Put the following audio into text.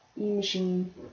E-machine